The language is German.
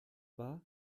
war